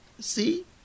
see